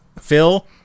Phil